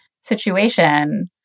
situation